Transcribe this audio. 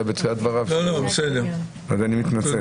אולי בתחילת דבריו, אז אני מתנצל.